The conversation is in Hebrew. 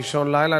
באישון לילה,